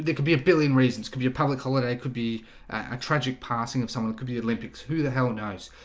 there could be a billion reasons could be a public holiday could be a tragic passing of some one could be olympics who the hell knows?